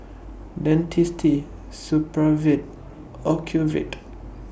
Dentiste Supravit Ocuvite